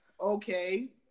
Okay